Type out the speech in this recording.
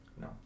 No